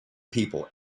people